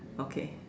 okay